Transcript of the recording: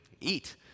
eat